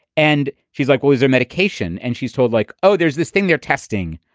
and she's like always there medication. and she's told like, oh, there's this thing they're testing.